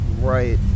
right